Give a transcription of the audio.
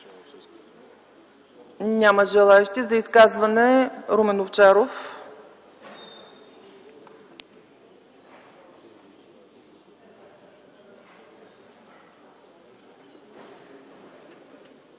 Няма желаещи. За изказване – Румен Овчаров.